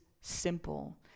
simple